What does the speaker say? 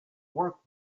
work